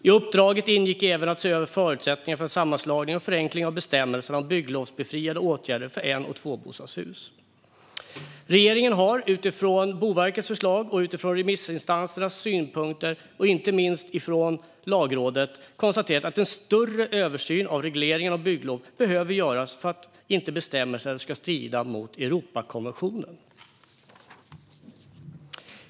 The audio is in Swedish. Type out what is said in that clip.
I uppdraget ingick även att se över förutsättningarna för en sammanslagning och förenkling av bestämmelserna om bygglovsbefriade åtgärder för en och tvåbostadshus. Regeringen har utifrån Boverkets förslag och utifrån remissinstansernas synpunkter, inte minst Lagrådets, konstaterat att en större översyn av regleringen om bygglov behöver göras för att inte bestämmelser ska strida mot Europakonventionen.